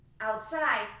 Outside